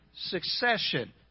succession